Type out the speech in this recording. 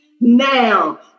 now